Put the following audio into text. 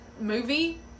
movie